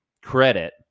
credit